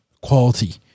quality